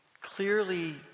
clearly